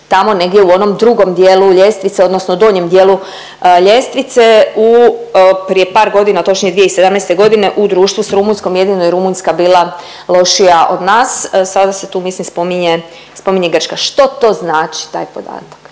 u onom drugu dijelu ljestvice odnosno donjem dijelu ljestvice. U, prije par godina točnije 2017. godine u društvu s Rumunjskom. Jedino je Rumunjska bila lošija od nas. Sada se tu mislim spominje, spominje Grčka. Što to znači taj podatak?